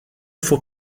faut